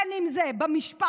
אם זה במשפט,